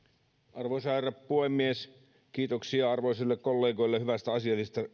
arvoisa herra puhemies kiitoksia arvoisille kollegoille hyvästä asiallisesta